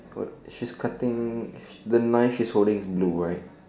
good she is cutting the knife she is holding blue right